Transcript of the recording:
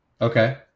Okay